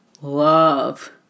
love